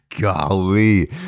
Golly